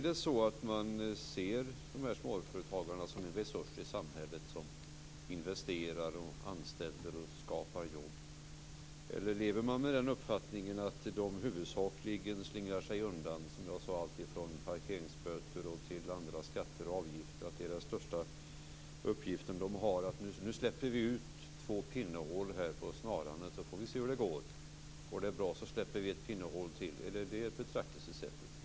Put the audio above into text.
Ser socialdemokraterna dessa småföretagare som en resurs i samhället, som investerar och anställer och skapar jobb, eller lever socialdemokraterna med den uppfattningen att de huvudsakligen slingrar sig undan, som jag sade, alltifrån parkeringsböter till andra skatter och avgifter? Tror socialdemokraterna att det är småföretagarnas största uppgift? Man släpper två pinnhål på snaran för att se hur det går, och om det går bra så släpper man ett pinnhål till. Är det det betraktelsesättet som socialdemokraterna har?